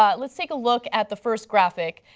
ah let's take a look at the first graphic.